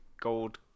gold